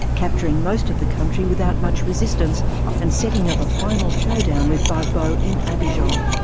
capturing most of the country without much resistance and setting up a final showdown with gbagbo in abidjan.